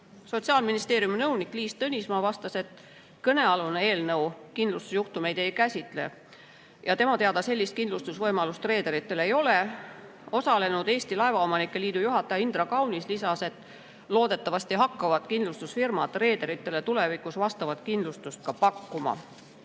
Sotsiaalministeeriumi nõunik Liis Tõnismaa vastas, et kõnealune eelnõu kindlustusjuhtumeid ei käsitle ja tema teada sellist kindlustusvõimalust reederitel ei ole. Eesti Laevaomanike Liidu juhataja Indra Kaunis lisas, et loodetavasti hakkavad kindlustusfirmad reederitele tulevikus vastavat kindlustust pakkuma. Tehti